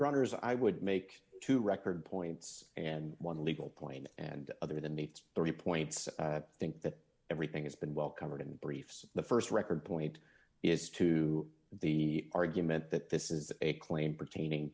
runners i would make two record points and one legal point and other than meets three points i think that everything has been well covered in the briefs the st record point is to the argument that this is a claim pertaining